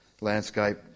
Landscape